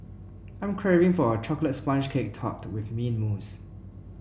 I am craving for a chocolate sponge cake topped with mint mousse